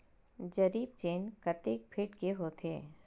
जरीब चेन कतेक फीट के होथे?